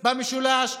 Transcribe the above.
המשולש,